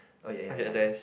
oh ya ya ya